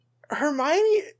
Hermione